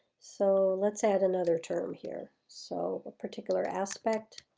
so let's add another term here. so a particular aspect,